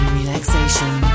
relaxation